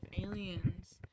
aliens